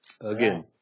Again